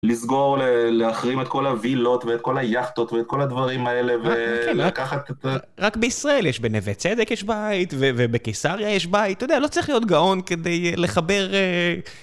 לסגור, להחרים את כל הווילות ואת כל היאכטות ואת כל הדברים האלה וככה קצת רק בישראל יש בנווה וצדק יש בית ובקיסריה יש בית אתה יודע לא צריך להיות גאון כדי לחבר